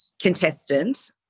contestant